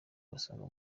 gasongo